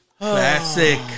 Classic